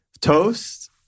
Toast